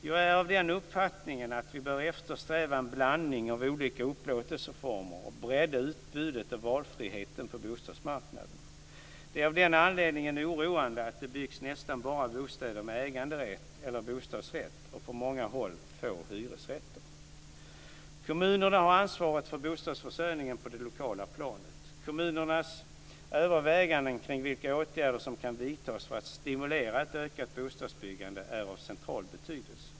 Jag är av den uppfattningen att vi bör eftersträva en blandning av olika upplåtelseformer och bredda utbudet och valfriheten på bostadsmarknaden. Det är av den anledningen oroande att det byggs nästan bara bostäder med äganderätt eller bostadsrätt och på många håll få hyresrätter. Kommunerna har ansvaret för bostadsförsörjningen på det lokala planet. Kommunernas överväganden kring vilka åtgärder som kan vidtas för att stimulera ett ökat bostadsbyggande är av central betydelse.